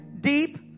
deep